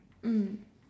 mm